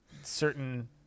certain